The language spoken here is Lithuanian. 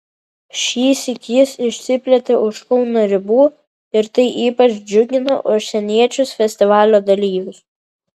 šįsyk jis išsiplėtė už kauno ribų ir tai ypač džiugino užsieniečius festivalio dalyvius